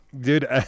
Dude